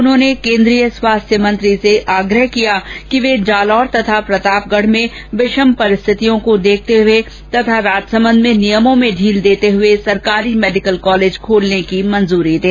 उन्होंने केन्द्रीय स्वास्थ्य मंत्री से आग्रह किया कि वे जालौर तथा प्रतापगढ़ में विषम परिस्थितियों के देखते हुए तथा राजसमंद में नियमों में ढील देते हुए सरकारी मेडिकल कॉलेज खोलने की स्वीकृति दें